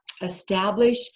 establish